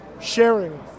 Sharing